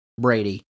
Brady